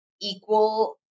equal